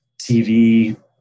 TV